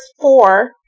four